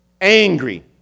angry